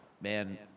Man